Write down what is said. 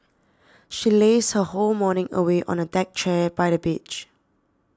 she lazed her whole morning away on a deck chair by the beach